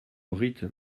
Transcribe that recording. rythme